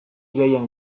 gehien